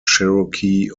cherokee